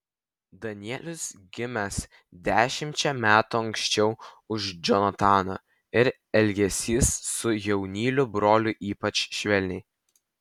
danielius gimęs dešimčia metų anksčiau už džonataną ir elgęsis su jaunyliu broliu ypač švelniai